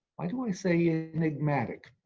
why do i say enigmatic?